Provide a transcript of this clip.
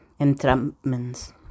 entrapments